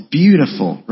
beautiful